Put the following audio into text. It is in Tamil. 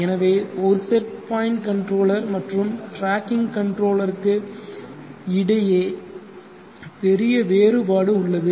எனவே ஒரு செட் பாயிண்ட் கன்ட்ரோலர் மற்றும் டிராக்கிங் கன்ட்ரோலருக்கு இடையே பெரிய வேறுபாடு உள்ளது